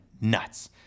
nuts